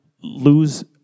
lose